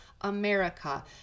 America